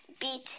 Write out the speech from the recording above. beat